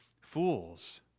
fools